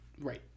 Right